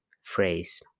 phrase